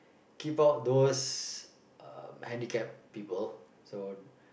keep out those um handicapped people so